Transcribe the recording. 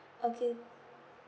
okay